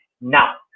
Now